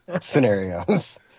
scenarios